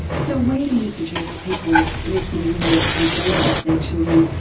so where do you suggest people listening who are concerned about their children,